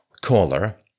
caller